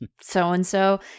so-and-so